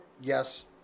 Yes